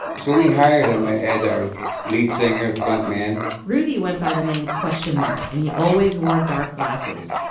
so we hired him ah as our lead singer frontman rudy went by the name question mark and he always wore dark glasses.